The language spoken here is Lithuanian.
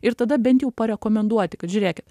ir tada bent jau parekomenduoti kad žiūrėkit